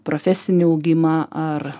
profesinį augimą ar